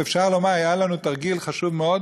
ואפשר לומר: היה לנו תרגיל חשוב מאוד,